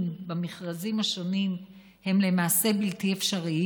במכרזים השונים הם למעשה בלתי אפשריים?